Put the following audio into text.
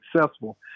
successful